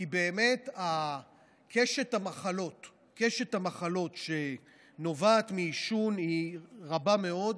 כי באמת קשת המחלות שנובעת מעישון היא רחבה מאוד.